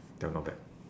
that one not bad